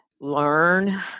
Learn